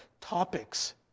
topics